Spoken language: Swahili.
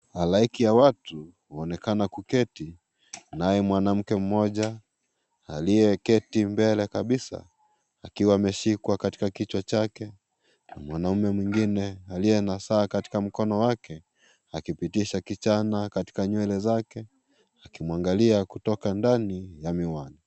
Halaiki ya watu huonekana kuketi. Naye mwanamke mmoja aliyeketi mbele kabisa akiwa ameshikwa katika kichwa chake. Na mwanamume mwingine aliye na saa katika mkono wake akipitisha kijana katika nywele zake. Akimwangalia kutoka ndani ya miwani.